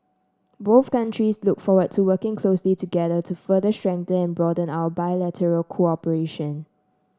both countries look forward to working closely together to further strengthen and broaden our bilateral cooperation